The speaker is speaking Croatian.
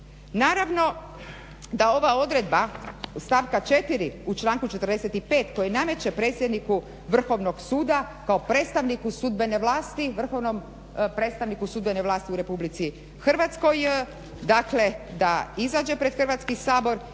Naravno da ova odredba stavka 4. u članku 45. koji nameće predsjedniku Vrhovnog suda kao vrhovnom predstavniku sudbene vlasti u RH dakle da izađe pred Hrvatski sabor